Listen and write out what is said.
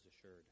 assured